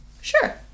Sure